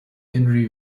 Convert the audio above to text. henri